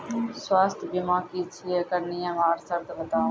स्वास्थ्य बीमा की छियै? एकरऽ नियम आर सर्त बताऊ?